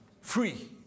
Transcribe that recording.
free